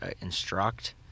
instruct